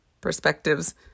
perspectives